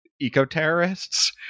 eco-terrorists